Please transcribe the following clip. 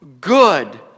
good